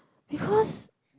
because